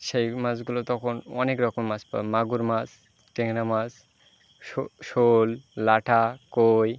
সেই মাছগুলো তখন অনেক রকম মাছ মাগুর মাছ ট্যাংরা মাছ শো শোল ল্যাঠা কৈ